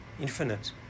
infinite